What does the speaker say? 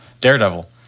Daredevil